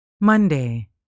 Monday